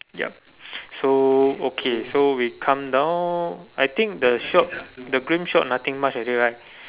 yup so okay so we come down I think the shop the green shop nothing much already right